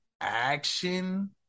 action